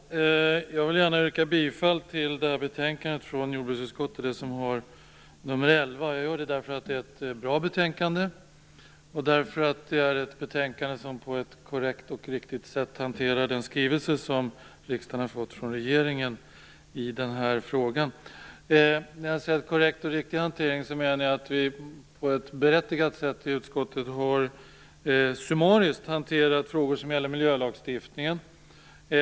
Fru talman! Jag vill gärna yrka bifall till hemställan i jordbruksutskottets betänkande 11. Jag gör det därför att det är ett bra betänkande och därför att den skrivelse i denna fråga som riksdagen har fått från regeringen behandlas korrekt i betänkandet. Med korrekt och riktig hantering menar jag att utskottet på ett berättigat sätt summariskt har hanterat frågor som gäller miljölagstiftningen.